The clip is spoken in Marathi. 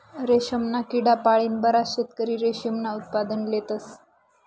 रेशमना किडा पाळीन बराच शेतकरी रेशीमनं उत्पादन लेतस